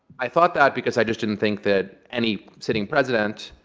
i thought that, because i just didn't think that any sitting president,